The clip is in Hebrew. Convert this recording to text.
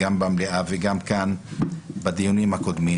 גם במליאה וגם כאן בדיונים הקודמים.